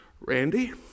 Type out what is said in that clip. Randy